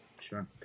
sure